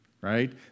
Right